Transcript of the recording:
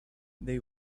they